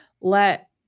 let